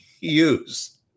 use